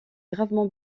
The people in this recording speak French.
gravement